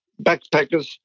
backpackers